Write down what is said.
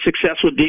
successful